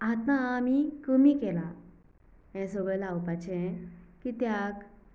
आतां आमी कमी केलां हें सगळें लावपाचें कित्याक